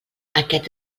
aquest